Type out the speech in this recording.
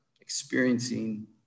experiencing